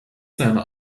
seiner